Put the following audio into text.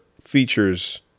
features